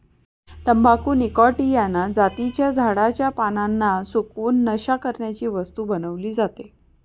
तंबाखू निकॉटीयाना जातीच्या झाडाच्या पानांना सुकवून, नशा करण्याची वस्तू बनवली जाते